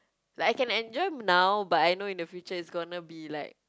like I can enjoy now but I know in the future is gonna be like